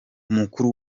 umukuru